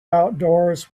outdoors